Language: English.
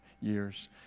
years